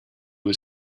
was